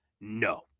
No